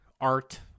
art